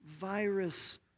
virus